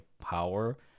power